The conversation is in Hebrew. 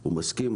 הוא מסכים,